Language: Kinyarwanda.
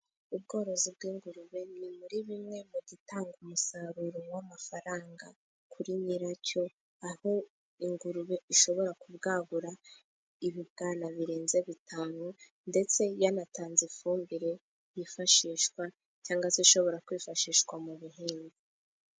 Ubworozi bw'ingurube ni muri bimwe mu gitanga umusaruro w'amafaranga kuri nyiracyo, aho ingurube ishobora kubwagura ibibwana birenze bitanu, ndetse yanatanze ifumbire yifashishwa cyangwa se ishobora kwifashishwa mu buhinzi.